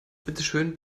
bitteschön